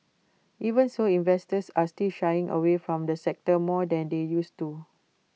even so investors are still shying away from the sector more than they used to